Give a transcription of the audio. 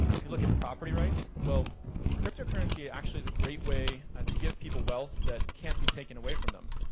you know if you look at property rights, well cryptocurrency actually is a great way to give people wealth that can't be taken away from them.